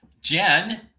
Jen